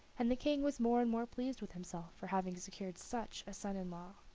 and the king was more and more pleased with himself for having secured such a son-in-law.